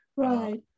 Right